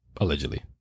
Allegedly